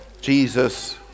Jesus